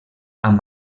amb